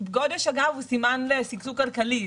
הנושא הזה עומד לגמרי על השולחן.